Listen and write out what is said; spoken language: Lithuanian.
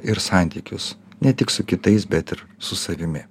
ir santykius ne tik su kitais bet ir su savimi